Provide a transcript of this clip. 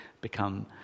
become